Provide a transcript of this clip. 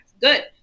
good